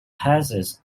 passes